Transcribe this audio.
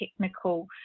technical